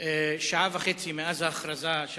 שעה וחצי מאז ההכרזה של